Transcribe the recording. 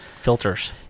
Filters